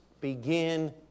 begin